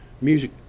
Music